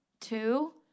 two